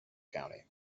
county